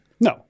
No